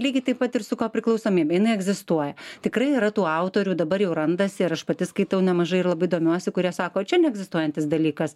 lygiai taip pat ir su koriklausomybe jinai egzistuoja tikrai yra tų autorių dabar jau randasi ir aš pati skaitau nemažai ir labai domiuosi kurie sako čia neegzistuojantis dalykas